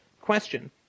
question